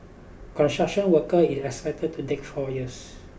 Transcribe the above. construction worker is expected to take four years